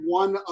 one